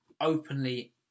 openly